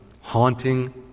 haunting